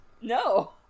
No